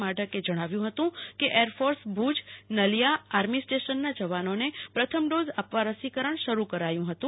માઢકે જણાવ્યું હતું કે એરફોર્સ ભુજ નલિયા આર્મી સ્ટેશનના જવાનોને પ્રથમ ડોઝ આપવા રસીકરણ શરૂ કરાયું હતું